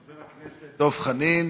חבר הכנסת דב חנין.